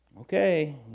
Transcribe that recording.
okay